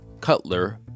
Cutler